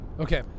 Okay